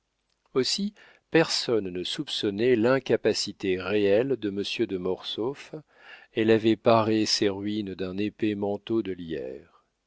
aussi personne ne soupçonnait il l'incapacité réelle de monsieur de mortsauf elle avait paré ses ruines d'un épais manteau de lierre